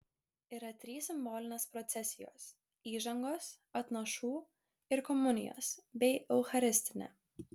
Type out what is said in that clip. yra trys simbolinės procesijos įžangos atnašų ir komunijos bei eucharistinė